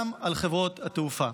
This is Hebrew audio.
גם על חברות התעופה.